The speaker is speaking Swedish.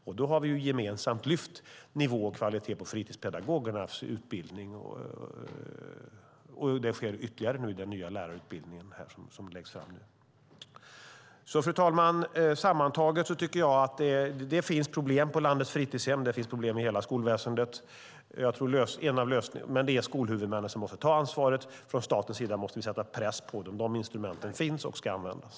Vi har gemensamt lyft kvalitetsnivån på fritidspedagogernas utbildning, och det sker ytterligare i den nya lärarutbildning som läggs fram nu. Fru talman! Sammantaget tycker jag att det finns problem på landets fritidshem och i hela skolväsendet. Men det är skolhuvudmännen som måste ta ansvaret. Från statens sida måste vi sätta press på dem. De instrumenten finns och ska användas.